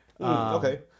Okay